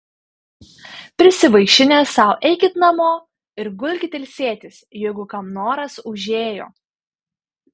prisivaišinę sau eikit namo ir gulkit ilsėtis jeigu kam noras užėjo